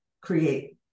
create